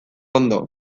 ondo